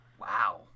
Wow